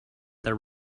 their